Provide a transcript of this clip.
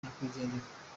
nyakwigendera